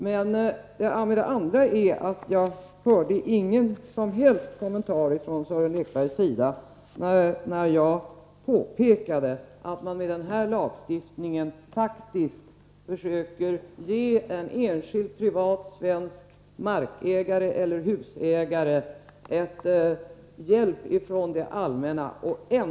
För det andra hörde jag ingen som helst kommentar från Sören Lekberg när jag påpekade att man med den här lagstiftningen faktiskt försöker ge en enskild privat svensk markägare eller husägare hjälp från det allmänna.